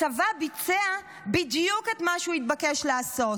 הצבא ביצע בדיוק את מה שהוא התבקש לעשות.